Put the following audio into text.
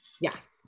yes